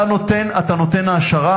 אתה נותן העשרה,